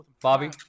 Bobby